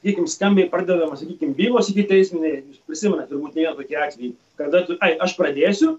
jeigu skambiai pradedamos sakykim bylos ikiteisminiai prisimenate trubūt ėjo tokie atvejai kada tu ai aš pradėsiu